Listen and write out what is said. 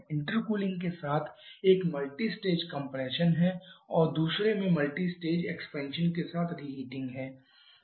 intercooling के साथ एक मल्टीस्टेज कंप्रेशन है और दूसरे में मल्टीस्टेज एक्सपेंशन के साथ रिहीटिंग है